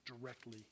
directly